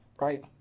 right